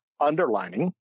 underlining